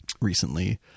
recently